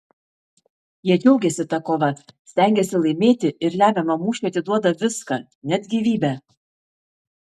jie džiaugiasi ta kova stengiasi laimėti ir lemiamam mūšiui atiduoda viską net gyvybę